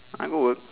I go work